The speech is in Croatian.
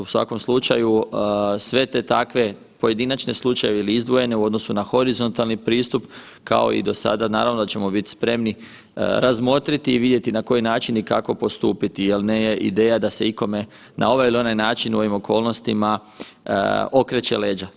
U svakom slučaju sve te takve pojedinačne slučajeve ili izdvojene u odnosu na horizontalni pristup kao i do sada naravno da ćemo biti spremni razmotriti i vidjeti na koji način i kako postupiti jel nije ideja da se ikome na ovaj ili onaj način u ovim okolnostima okreće leđa.